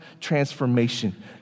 transformation